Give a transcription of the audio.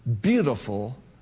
beautiful